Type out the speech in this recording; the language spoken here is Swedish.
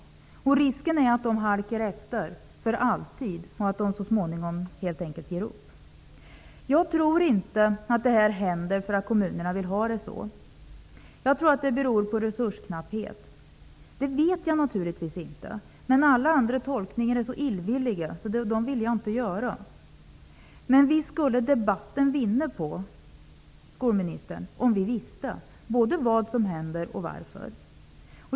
Risken är att de halkar efter för alltid och att de så småningom helt enkelt ger upp. Jag tror inte att detta händer därför att kommunerna vill ha det så. Jag tror att det beror på resursknapphet. Jag vet det naturligtvis inte, men alla andra tolkningar är så illvilliga att jag inte vill göra sådana tolkningar. Visst skulle debatten, skolministern, vinna på om vi visste både vad som händer och varför.